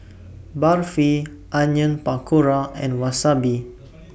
Barfi Onion Pakora and Wasabi